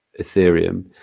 Ethereum